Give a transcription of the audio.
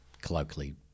colloquially